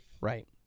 Right